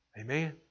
Amen